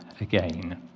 again